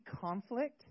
conflict